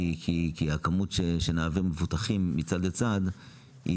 כי הכמות שנעביר מבוטחים מצד לצד היא